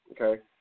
Okay